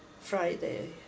Friday